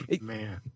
man